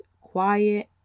quiet